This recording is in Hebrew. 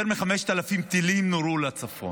יותר מ-5,000 טילים נורו לצפון,